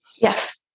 Yes